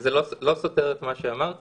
זה לא סותר את מה שאמרתי,